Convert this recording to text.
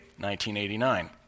1989